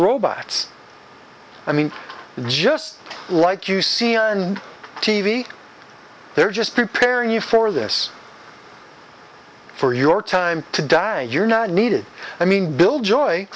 robots i mean just like you see on t v they're just preparing you for this for your time to die and you're not needed i mean bill joy